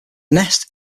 nest